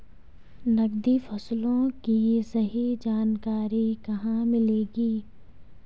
नकदी फसलों की सही जानकारी कहाँ मिलेगी?